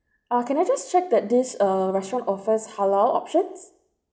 ah can I just check that this err restaurant offers halal options